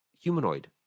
humanoid